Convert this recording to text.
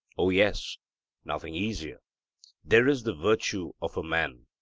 o yes nothing easier there is the virtue of a man,